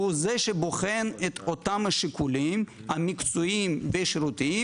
והוא זה שבוחן את אותם השיקולים המקצועיים והשירותיים,